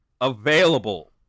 available